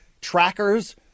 trackers